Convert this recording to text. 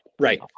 right